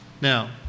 Now